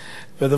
והדבר השני,